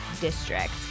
District